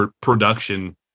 production